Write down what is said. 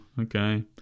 okay